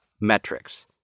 metrics